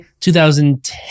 2010